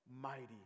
mighty